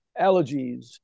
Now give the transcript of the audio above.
allergies